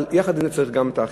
אבל יחד עם זה צריך גם את האכיפה.